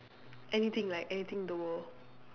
anything like anything in the world